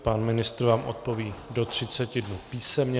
Pan ministr vám odpoví do 30 dnů písemně.